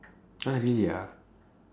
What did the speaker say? !huh! really ah